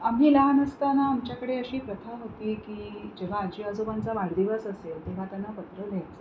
आम्ही लहान असताना आमच्याकडे अशी प्रथा होती की जेव्हा आजी आजोबांचा वाढदिवस असेल तेव्हा त्यांना पत्र लिहायचं